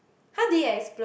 how did it explode